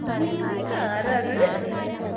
ആരാണത്